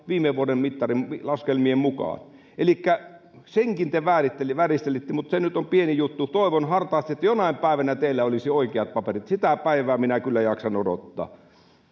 viime vuoden laskelmien mukaan elikkä senkin te vääristelitte vääristelitte mutta se nyt on pieni juttu toivon hartaasti että jonain päivänä teillä olisi oikeat paperit sitä päivää minä kyllä jaksan odottaa